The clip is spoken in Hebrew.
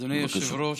אדוני היושב-ראש,